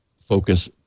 focus